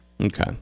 Okay